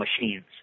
machines